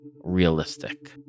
realistic